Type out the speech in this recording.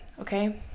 okay